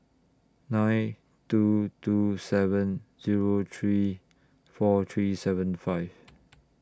nine two two seven Zero three four three seven five